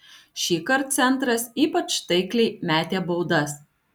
šįkart centras ypač taikliai metė baudas